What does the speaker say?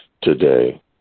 today